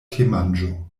temanĝo